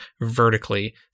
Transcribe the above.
vertically